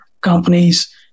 Companies